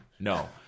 No